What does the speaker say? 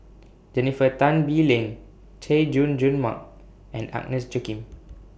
Jennifer Tan Bee Leng Chay Jung Jun Mark and Agnes Joaquim